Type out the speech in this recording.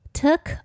took